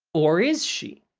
or is she?